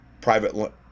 private